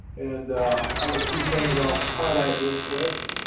and i have a few things i'll highlight real quick.